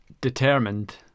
determined